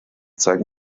zeig